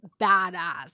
badass